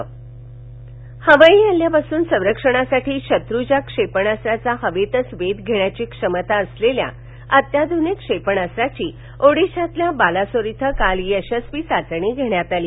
क्षेपणास्त्र चाचणी हवाई हल्ल्यापासून संरक्षणासाठी शत्र्च्या क्षेपणास्त्राचा हवेतच वेध घेण्याची क्षमता असलेल्या अत्याधुनिक क्षेपणास्त्राची ओडीशातील बालासोर इथं काल यशस्वी चाचणी घेण्यात आली